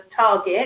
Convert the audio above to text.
target